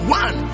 one